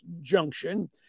junction